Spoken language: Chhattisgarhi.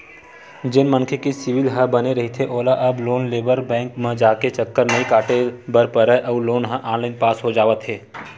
जेन मनखे के सिविल ह बने रहिथे ओला अब लोन लेबर बेंक म जाके चक्कर नइ काटे बर परय अउ लोन ह ऑनलाईन पास हो जावत हे